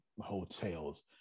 hotels